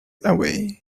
away